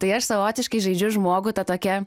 tai aš savotiškai žaidžiu žmogų ta tokia